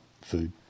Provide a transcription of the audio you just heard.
Food